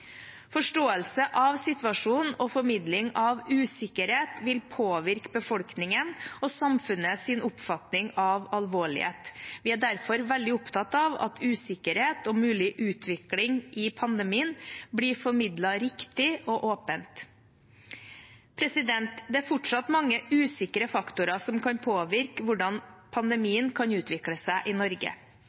Forståelse av situasjonen og formidling av usikkerhet vil påvirke befolkningens og samfunnets oppfatning av alvorlighet. Vi er derfor veldig opptatt av at usikkerhet og mulig utvikling i pandemien blir formidlet riktig og åpent. Det er fortsatt mange usikre faktorer som kan påvirke hvordan pandemien kan utvikle seg i Norge.